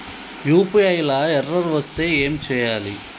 UPI లా error వస్తే ఏం చేయాలి?